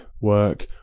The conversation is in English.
work